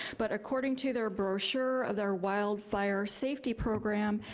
but according to their brochure, ah their wildfire safety program,